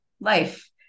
life